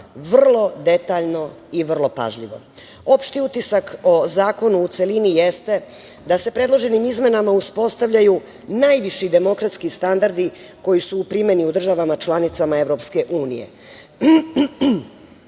vrlo detaljno i vrlo pažljivo. Opšti utisak o zakonu u celini jeste da se predloženim izmenama uspostavljaju najviši demokratski standardi koji su u primeni u državama članicama Evropske